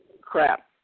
crap